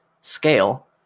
scale